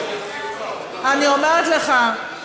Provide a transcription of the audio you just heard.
אני אומרת לך,